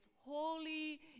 holy